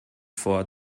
vor